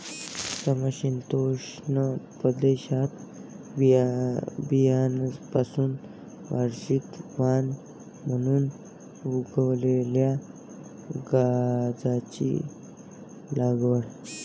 समशीतोष्ण प्रदेशात बियाण्यांपासून वार्षिक वाण म्हणून उगवलेल्या गांजाची लागवड